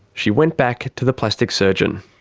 she went back to the plastic surgeon.